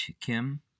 Kim